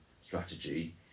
strategy